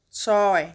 ছয়